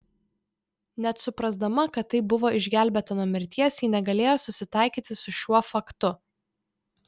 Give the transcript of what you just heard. net suprasdama kad taip buvo išgelbėta nuo mirties ji negalėjo susitaikyti su šiuo faktu